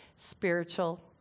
Spiritual